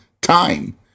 time